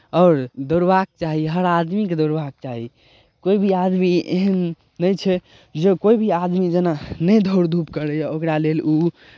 आओर दौड़बाक चाही हर आदमीकेँ दौड़बाक चाही कोइ भी आदमी एहन नहि छै जे कोइ भी आदमी जेना नहि दौड़ धूप करैए ओकरा लेल ओ